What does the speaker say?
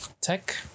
tech